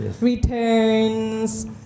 returns